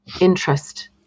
interest